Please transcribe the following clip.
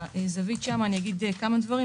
אגיד כמה דברים.